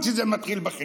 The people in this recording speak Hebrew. שזה מתחיל בחינוך.